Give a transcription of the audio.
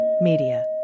Media